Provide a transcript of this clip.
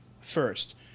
first